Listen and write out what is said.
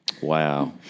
Wow